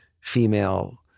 female